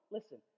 Listen